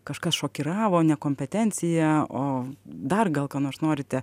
kažkas šokiravo ne kompetencija o dar gal ką nors norite